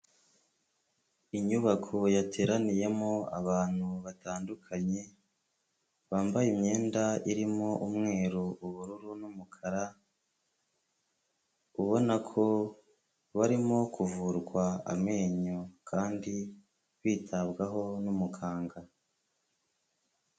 Inyubako yateraniyemo abantu batandukanye. Bambaye imyenda irimo umweru, ubururu n'umukara. Ubona ko barimo kuvurwa amenyo kandi bitabwaho n'umuganga.